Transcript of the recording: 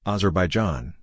Azerbaijan